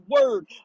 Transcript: word